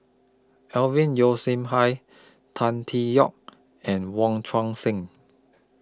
Alvin Yeo Khirn Hai Tan Tee Yoke and Wong Tuang Seng